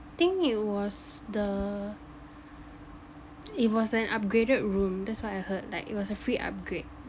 I think it was the it was an upgraded room that's what I heard like it was a free upgrade